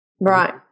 Right